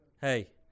Hey